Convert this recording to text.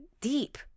deep